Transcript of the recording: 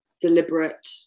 deliberate